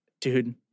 Dude